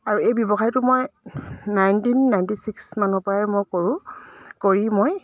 আৰু এই ব্যৱসায়টো মই নাইণ্টিন নাইণ্টী ছিক্স মানৰ পৰাই মই কৰোঁ কৰি মই